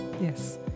yes